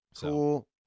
Cool